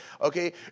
okay